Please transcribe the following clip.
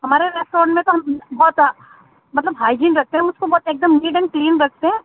ہمارے ریسٹورینٹ میں تو ہم بہت مطلب ہائجین رکھتے ہیں ہم اس کو بہت ایک دم نیٹ اینڈ کلین رکھتے ہیں